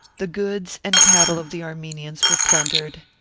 the goods and cattle of the armenians were plundered,